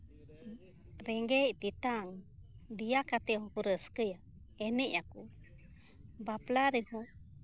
ᱨᱮᱸᱜᱮᱡᱼᱛᱮᱛᱟᱝ ᱫᱮᱭᱟ ᱠᱟᱛᱮᱫ ᱦᱚᱸᱠᱚ ᱨᱟᱹᱥᱠᱟᱹᱭᱟ ᱮᱱᱮᱡ ᱟᱠᱚ ᱵᱟᱯᱞᱟ ᱨᱮᱦᱚᱸ